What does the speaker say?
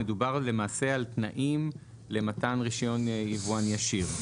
מדובר למעשה על תנאים למתן רישיון יבואן ישיר.